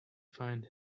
find